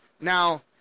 Now